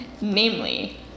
namely